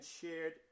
shared